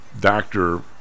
doctor